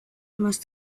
must